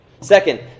Second